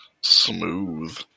Smooth